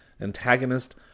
antagonist